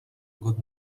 good